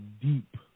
deep